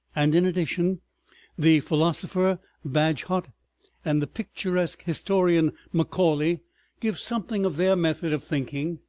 and in addition the philosopher bagehot and the picturesque historian macaulay give something of their method of thinking,